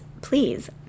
please